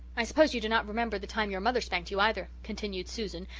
i suppose you do not remember the time your mother spanked you either, continued susan,